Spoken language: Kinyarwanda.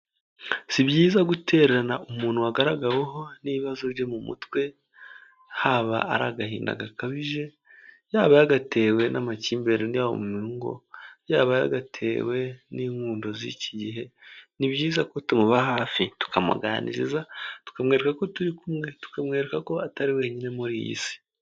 Si byiza gutererana umuntu wagaragaweho n'ibibazo byo mu mutwe, haba ari agahinda gakabije, yaba yagatewe n'amakimbirane n'iwabo mu ngo, yaba yagatewe n'inkundodo z'iki gihe ni byiza ko tumuba hafi tukamuganiriza twemwereka ko turi kumwe tukamwereka ko atari wenyine muri iyi si.